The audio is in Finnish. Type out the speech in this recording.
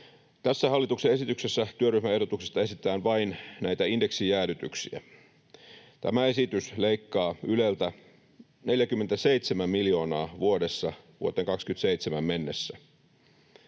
Tässä hallituksen esityksessä työryhmän ehdotuksesta esitetään vain näitä indeksijäädytyksiä. Tämä esitys leikkaa Yleltä 47 miljoonaa vuodessa vuoteen 27 mennessä,